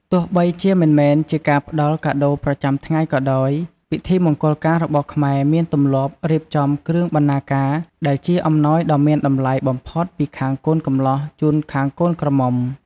ទោះបីជាមិនមែនជាការផ្តល់កាដូរប្រចាំថ្ងៃក៏ដោយ ពិធីមង្គលការរបស់ខ្មែរមានទម្លាប់រៀបចំ "គ្រឿងបណ្ណាការ" ដែលជាអំណោយដ៏មានតម្លៃបំផុតពីខាងកូនកំលោះជូនខាងកូនក្រមុំ។